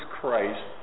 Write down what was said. Christ